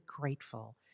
grateful